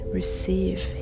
receive